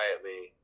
quietly